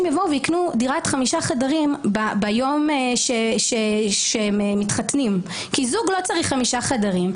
יקנו דירת חמישה חדרים ביום שהם מתחתנים כי זוג לא צריך חמישה חדרים,